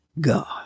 God